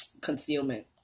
concealment